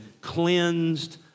cleansed